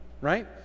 right